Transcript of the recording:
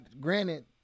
granted